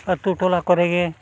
ᱟᱛᱳ ᱴᱚᱞᱟ ᱠᱚᱨᱮ ᱜᱮ